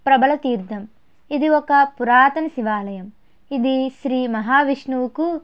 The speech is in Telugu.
ప్రభల తీర్థం ఇది ఒక పురాతన శివాలయం ఇది శ్రీ మహావిష్ణువుకు